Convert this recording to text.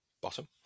bottom